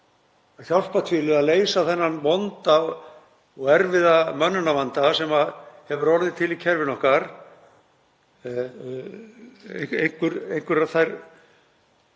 að hjálpa til við að leysa þann vonda og erfiða mönnunarvanda sem hefur orðið til í kerfinu okkar, einhverja